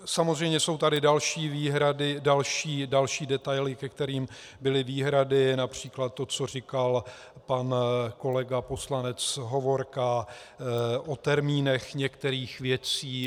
Samozřejmě jsou tady další výhrady, další detaily, ke kterým byly výhrady, například to, co říkal pan kolega poslanec Hovorka, o termínech některých věcí.